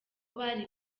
bari